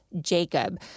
jacob